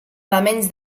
elements